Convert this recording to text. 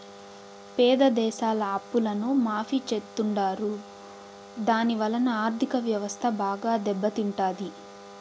పేద దేశాల అప్పులను మాఫీ చెత్తుంటారు దాని వలన ఆర్ధిక వ్యవస్థ బాగా దెబ్బ తింటాది